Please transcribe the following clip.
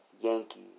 Yankee